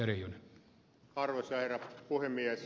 arvoisa herra puhemies